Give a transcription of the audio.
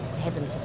Heaven